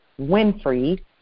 Winfrey